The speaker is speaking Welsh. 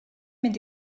mynd